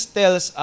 tells